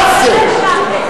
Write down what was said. מה זה?